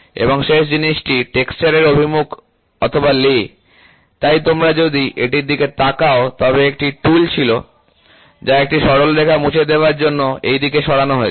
এবং শেষ জিনিসটি টেক্সচার এর অভিমুখ অথবা লে তাই তোমরা যদি এটির দিকে তাকাও তবে একটি টুল ছিল যা একটি সরলরেখা মুছে দেবার জন্য এই দিকে সরানো হয়েছে